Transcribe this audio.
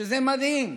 שזה מדהים,